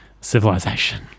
civilization